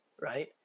right